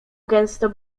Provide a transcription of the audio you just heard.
gęsto